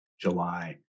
July